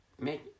make